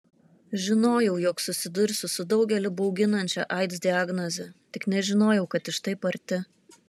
žinojau jog susidursiu su daugelį bauginančia aids diagnoze tik nežinojau kad iš taip arti